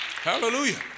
Hallelujah